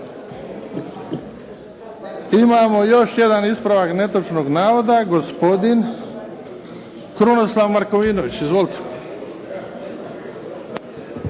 Imamo još jedan ispravak netočnog navoda, gospodin Krunoslav Markovinović. Izvolite.